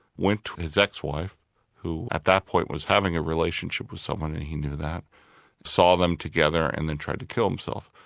went to his ex-wife, who at that point was having a relationship with someone and he knew that, he saw them together and then tried to kill himself.